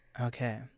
Okay